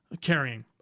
carrying